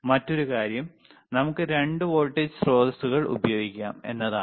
മറ്റൊരു കാര്യം നമുക്ക് 2 വോൾട്ടേജ് സ്രോതസ്സുകൾ ഉപയോഗിക്കാം എന്നതാണ്